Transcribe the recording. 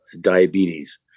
diabetes